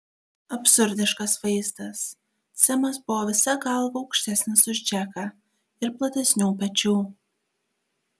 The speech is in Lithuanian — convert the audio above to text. absurdiškas vaizdas semas buvo visa galva aukštesnis už džeką ir platesnių pečių